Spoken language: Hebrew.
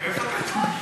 מאיפה אתה יודע?